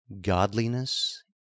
Godliness